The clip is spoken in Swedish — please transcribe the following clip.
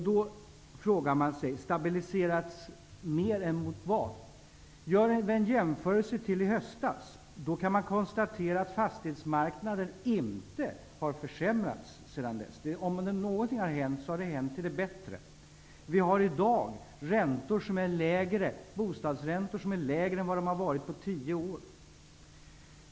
Då frågar man: Stabiliserats mer än vad? Om man jämför med förhållandena i höstas, kan man konstatera att fastighetsmarknaden inte har försämrats sedan dess. Om någonting har hänt, har det varit en förändring till det bättre. Bostadsräntorna är i dag lägre än de har varit på tio år.